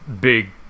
big